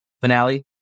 finale